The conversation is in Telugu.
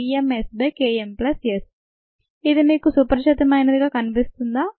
rPpuvvvmSKmS ఇది మీకు సుపరిచితమైనదిగా కనిపిస్తుందా